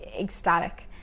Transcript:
ecstatic